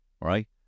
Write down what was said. right